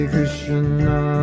Krishna